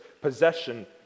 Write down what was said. possession